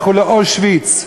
לכו לאושוויץ",